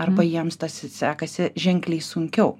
arba jiems tas sekasi ženkliai sunkiau